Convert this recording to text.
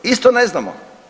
Isto ne znamo.